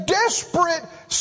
desperate